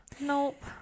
Nope